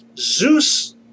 Zeus